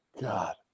God